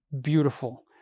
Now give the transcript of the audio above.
beautiful